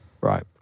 Right